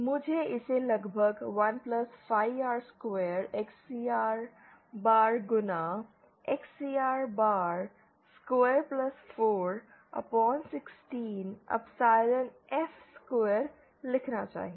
मुझे इसे लगभग 1 phi R square XCR bar गुणा XCR bar square 4 upon 16 epsilon F square लिखना चाहिए